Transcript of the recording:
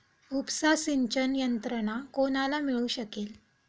उपसा सिंचन यंत्रणा कोणाला मिळू शकेल?